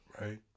Right